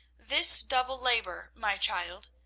this double labour, my child,